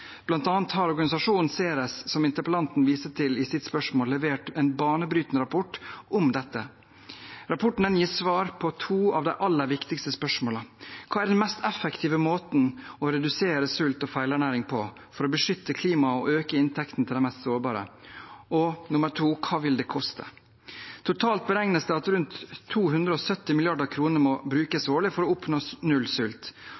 har organisasjonen Ceres, som interpellanten viste til i sitt spørsmål, levert en banebrytende rapport om dette. Rapporten gir svar på to av de aller viktigste spørsmålene: Hva er den mest effektive måten å redusere sult og feilernæring på, for å beskytte klimaet og øke inntekten til de mest sårbare? Og hva vil det koste? Totalt beregnes det at rundt 270 mrd. kr må